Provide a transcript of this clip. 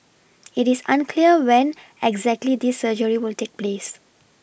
it is unclear when exactly this surgery will take place